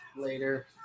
later